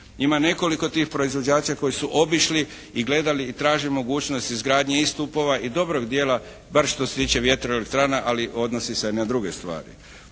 Ima nekoliko tih proizvođača koji su obišli i gledali i traže mogućnost izgradnje i stupova i dobrog dijela bar što se tiče vjetroelektrana ali odnosi se na druge stvari.